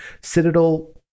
Citadel